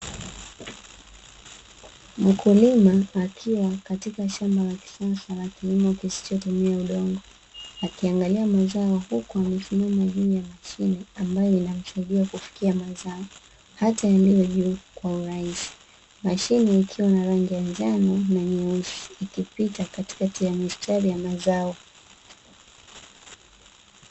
Mkulima akiwa katika shamba la kisasa la kilimo kisichotumia udongo, akiangalia mazao huku amesimama juu ya mashine ambayo inamsaidia kufikia mazao, hata yaendayo juu kwa urahisi. Mashine anayoitumia ikiwa na rangi ya njano na nyeusi, ikipita katikati ya mistari ya mazao.